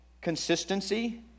Consistency